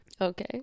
Okay